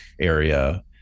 area